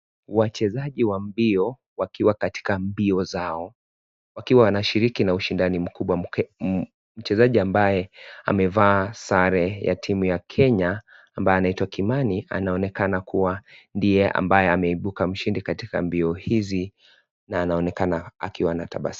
Wachezaji wa mbio wakiwa katika mbio zao, wakiwa wanashiriki na ushindani mkubwa, Mchezaji ambaye amevaa sare ya timu ya kenya ambaye anaitwa Kimani, anaonekana kuwa ndiye ambaye ameibuka mshidi katika mbio hizi na anaonekana akiwa na tabasamu.